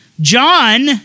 John